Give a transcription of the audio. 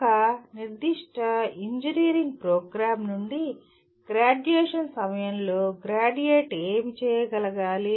ఒక నిర్దిష్ట engineering programme నుండి గ్రాడ్యుయేషన్ సమయంలో గ్రాడ్యుయేట్ ఏమి చేయగలగాలి